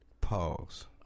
Pause